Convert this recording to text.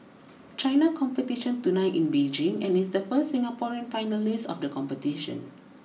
China competition tonight in Beijing and is the first Singaporean finalist of the competition